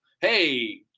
Hey